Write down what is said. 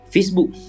Facebook